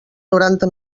noranta